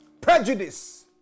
Prejudice